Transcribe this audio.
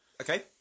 Okay